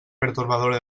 pertorbadora